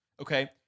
Okay